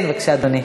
כן, בבקשה, אדוני.